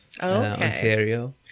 Ontario